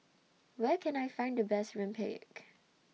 Where Can I Find The Best Rempeyek